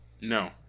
No